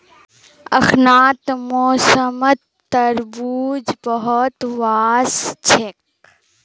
अखनार मौसमत तरबूज बहुत वोस छेक